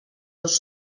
dos